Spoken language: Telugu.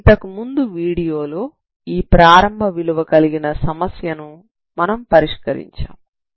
ఇంతకుముందు వీడియోలో ఈ ప్రారంభ విలువ కలిగిన సమస్యను మనం పరిష్కరించాము